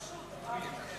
חשוד, אמרתי חשוד.